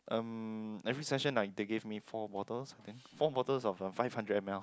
um every session like they gave me four bottles I think four bottles of five hundred M_L